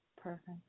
perfect